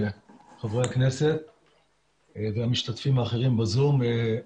חברי הכנסת והמשתתפים האחרים בזום.